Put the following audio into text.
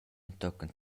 entochen